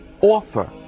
offer